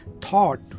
Thought